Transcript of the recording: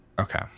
okay